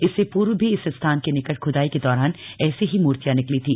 इससे पूर्व भी इस स्थान के निकट खुदाई के दौरान ऐसे ही मूर्तियां निकली थी